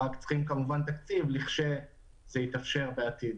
רק צריכים כמובן תקציב כשזה יתאפשר בעתיד.